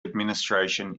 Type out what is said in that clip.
administration